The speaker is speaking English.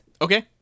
Okay